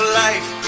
life